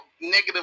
negative